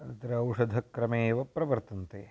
अत्र औषधक्रमे एव प्रवर्तन्ते